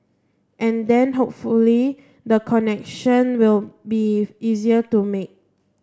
and then hopefully the connection will be easier to make